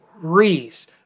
reese